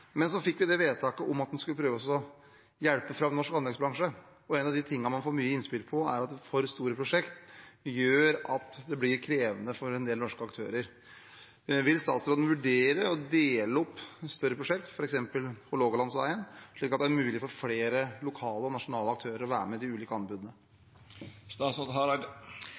Men så fikk vi det vedtaket at en skulle prøve å hjelpe fram norsk anleggsbransje, og en av de tingene man får mye innspill på, er at for store prosjekt gjør at det blir krevende for en del norske aktører. Vil statsråden vurdere å dele opp større prosjekter, f.eks. Hålogalandsvegen, slik at det er mulig for flere lokale og nasjonale aktører å være med i de ulike